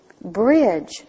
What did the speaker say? bridge